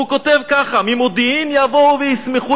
הוא כותב ככה: "ממודיעין יבואו וישמחו